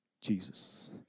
Jesus